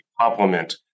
complement